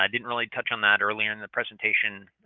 um didn't really touch on that earlier in the presentation,